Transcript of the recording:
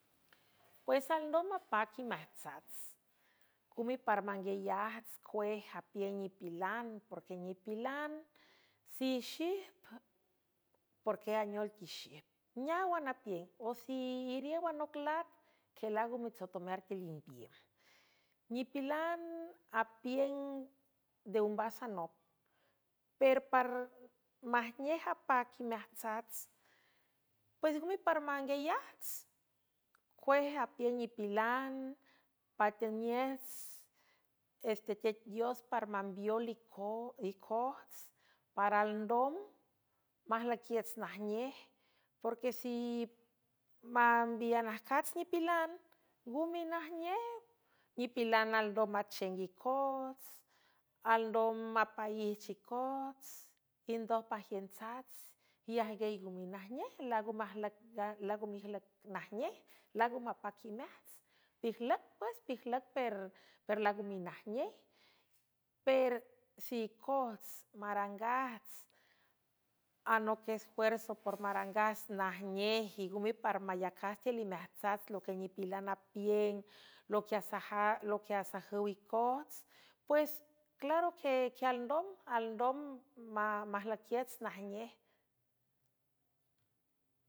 Pues alndom mapac imeajtsats gume par manguiayajts cuej apieng nipilan porque nipilan sixijp porque anol quixip neáwan apiüng o siiriow anoclat que lango mitsotomear quil inpiüw nipilan apién nde umbas anop perparmajnej apac imeajtsas pues ngümi par manguiayajts cuej apiüng nipilan patanejts es tetec dios para mambiol icorts para alndom majlüiquiüts najnej porque si mambianajcats nipilan nguminajnej nipilan alndom machieng icoots alndom mapaijch icoots yndoj pajiüntsats iajguiey nguminajnej lango meijlüc najnej laago mapac imeajts pijlüc pues pijlüc per lango minajnej persi icojts marangajts anoc esfuerso por marangajts najnej y ngume par mayacats tiül imeajtsats lo que nipilan apieng loquie asajüw icoots pues claro ueque alndom alndom majlüiquiüts najnej.